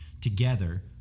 together